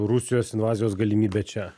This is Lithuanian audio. rusijos invazijos galimybę čia